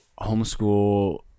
homeschool